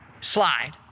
slide